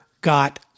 got